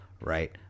right